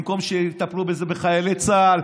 במקום שיטפלו בזה בחיילי צה"ל,